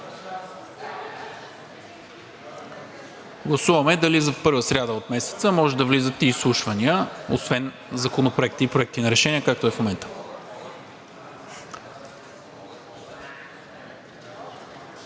Гласуваме дали за първа сряда от месеца може да влизат и изслушвания освен законопроекти и проекти на решения, както е в момента.